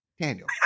Daniel